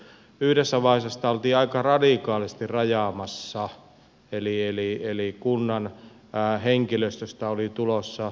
yhdessä vaiheessa sitä oltiin aika radikaalisti rajaamassa eli kunnan henkilöstöstä oli tulossa